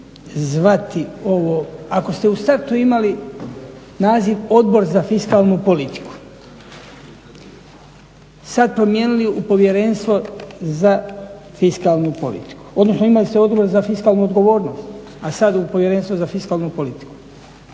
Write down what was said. zvati ovo ako ste u startu imali naziv Odbor za fiskalnu politiku sad promijenili u Povjerenstvo za fiskalnu politiku, odnosno imali ste Odbor za fiskalnu odgovornost a sad u Povjerenstvo za fiskalnu politiku.